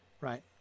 right